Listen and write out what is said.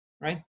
right